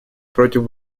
против